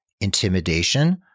intimidation